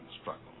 struggle